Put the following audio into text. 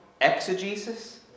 exegesis